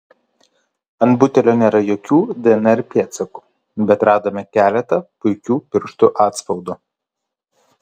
ant butelio nėra jokių dnr pėdsakų bet radome keletą puikių pirštų atspaudų